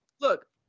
look